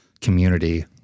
community